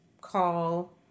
call